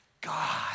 God